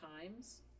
times